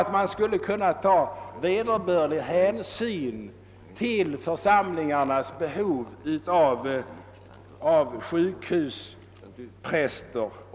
Domkapitlen skulle därvid kunna ta vederbörlig hänsyn till församlingarnas behov av sjukhuspräster.